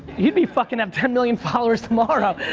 you'd be fuckin' have ten million followers tomorrow.